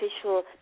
official